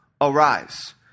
Arise